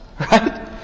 Right